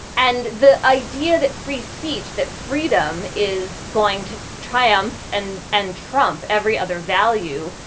and the idea that free speech, that freedom is going to triumph and and trump every other value,